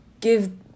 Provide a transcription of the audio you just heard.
give